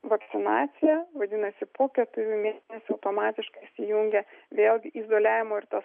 vakcinaciją vadinasi po keturių mėnesių automatiškai įsijungia vėlgi izoliavimo ir tas